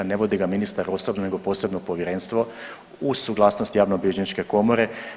Ne vodi ga ministar osobno nego posebno povjerenstvo uz suglasnost javnobilježničke komore.